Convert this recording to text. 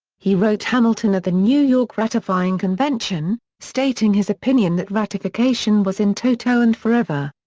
he wrote hamilton at the new york ratifying convention, stating his opinion that ratification was in toto and for ever.